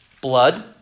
blood